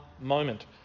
moment